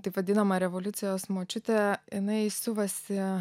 taip vadinama revoliucijos močiutė jinai siuvasi